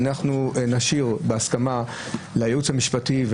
אנחנו נשאיר זאת להסכמה של הייעוץ המשפטי,